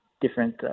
different